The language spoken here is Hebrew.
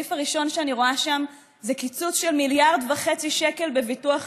הסעיף הראשון שאני רואה שם זה קיצוץ של מיליארד וחצי שקל בביטוח הלאומי.